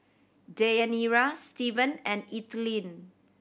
Deyanira Stevan and Ethelyn